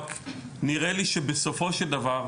אבל נראה לי שבסופו של דבר,